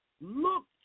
Look